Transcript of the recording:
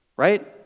right